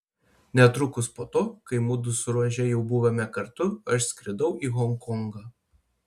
netrukus po to kai mudu su rože jau buvome kartu aš skridau į honkongą